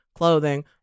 clothing